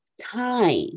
time